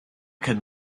can